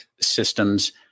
systems